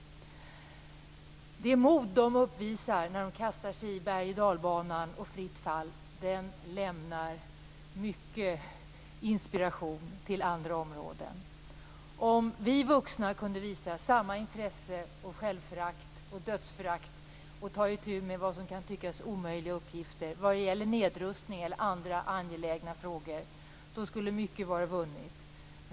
Det mod som de uppvisar när de kastar sig i bergoch dalbanan och fritt fall lämnar mycket inspiration till andra områden. Om vi vuxna kunde visa samma intresse, självförakt och dödsförakt inför det som kan tyckas vara omöjliga uppgifter - det kan gälla nedrustning eller andra angelägna frågor - skulle mycket vara vunnet.